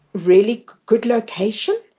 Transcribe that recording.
really good location,